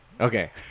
Okay